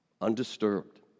undisturbed